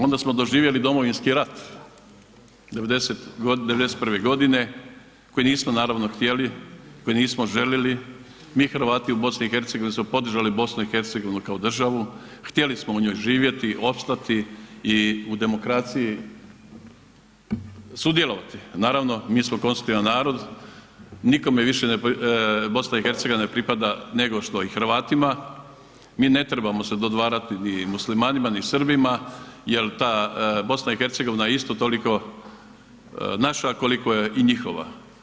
Onda smo doživjeli Domovinski rat, '91. g. koji nismo naravno htjeli, koji nismo željeli, mi Hrvati u BiH-u smo podržali BiH kao državu, htjeli smo u njoj živjeti, opstati i u demokraciji sudjelovati, naravno, mi smo konstitutivan narod, nikome više BiH ne pripada nego što i Hrvatima, mi ne trebamo se dodvarati ni muslimanima ni Srbima jer ta BiH isto toliko je naša koliko je i njihova.